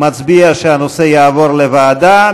מצביע שהנושא יועבר לוועדה.